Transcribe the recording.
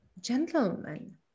gentlemen